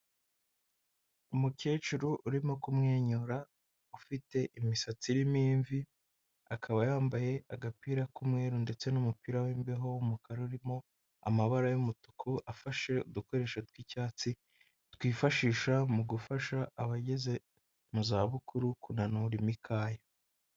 Umukecuru urimo kumwenyura ufite imisatsi irimo imvi, akaba yambaye agapira k'umweru ndetse n'umupira w'imbeho w'umukara, urimo amabara y'umutuku afashe udukoresho tw'icyatsi, twifashishwa mu gufasha abageze mu za bukuru kunanura imikaya.